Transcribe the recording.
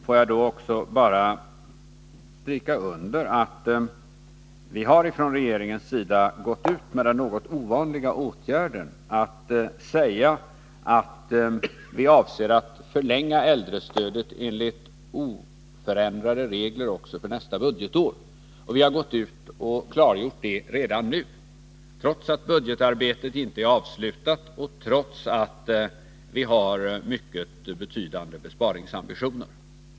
Får jag också stryka under att vi från regeringens sida har vidtagit den något ovanliga åtgärden att meddela att vi avser att förlänga äldrestödet enligt oförändrade regler också nästa budgetår. Vi har klargjort det redan nu, trots att budgetarbetet inte är avslutat och trots att vi har mycket betydande besparingsambitioner.